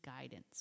guidance